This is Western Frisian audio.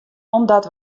omdat